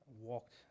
walked